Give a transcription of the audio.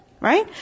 right